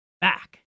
back